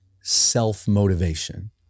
self-motivation